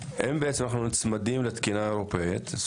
אם אנחנו נצמדים לתקינה האירופאית,